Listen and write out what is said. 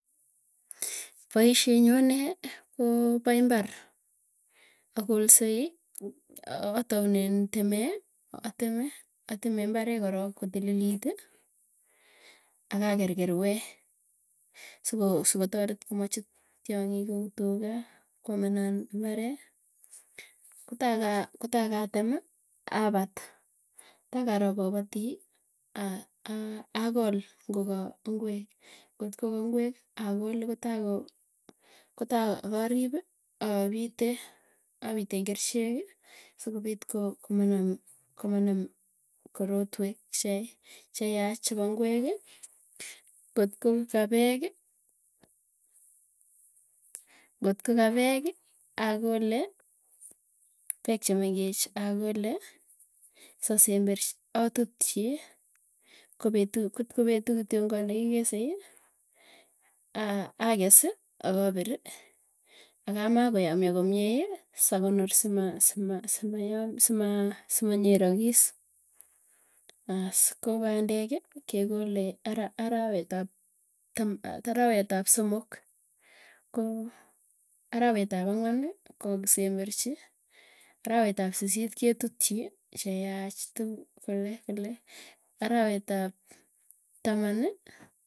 Poisyyet nyuu anee koo po imbarr, akolsei ataunen temee, ateme. Ateme imbare korok kotililit. Akaker kerwee sukoo sukotaret komachut tiong'iik, kou tugaa kwamenan imbaree. Kotaa ka kotaa katemi apat. Tap karok apatii aa aa akol ngoka ingwek, ngotko ka ngek akole kotako kotakarip apite. Apiten kercheki siikopit ko komanam korotwek che cheyach chepo ingweki. Kotko kapeeki akole, peek chemengeech akole, sasemberchi atutchi kopetut, kotoko petuu kitiongan, nekikesei. Aa akesi akapiri ak amaa koyomio. komiei sakonor sima sima simayam sima sima simanyerakiis. Aas ko pandeki kekole ara arawet ap tam arawet ab somok. Koo arawet ab angwani ko kisemberchi, arawet ab sisit ke tutchi cheyach tu kolekole arawet ab tamani.